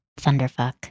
Thunderfuck